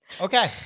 Okay